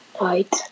Right